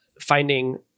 finding